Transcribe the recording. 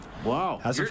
Wow